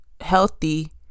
healthy